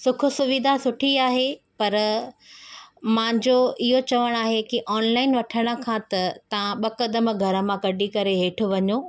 सुखु सुविधा सुठी आहे पर मुंहिंजो इहो चवण आहे की ऑनलाइन वठण खां त तव्हां ॿ कदमु घर मां कढी करे हेठि वञो